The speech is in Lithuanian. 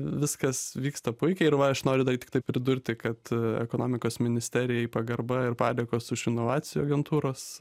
viskas vyksta puikiai ir va aš noriu tiktai pridurti kad ekonomikos ministerijai pagarba ir padėkos už inovacijų agentūros